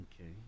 Okay